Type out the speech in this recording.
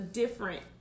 different